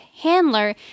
handler